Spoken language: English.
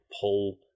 pull